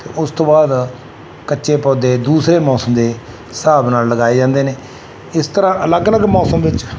ਉਸ ਤੋਂ ਬਾਅਦ ਕੱਚੇ ਪੌਦੇ ਦੂਸਰੇ ਮੌਸਮ ਦੇ ਹਿਸਾਬ ਨਾਲ ਲਗਾਏ ਜਾਂਦੇ ਨੇ ਇਸ ਤਰ੍ਹਾਂ ਅਲੱਗ ਅਲੱਗ ਮੌਸਮ ਵਿੱਚ